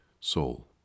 soul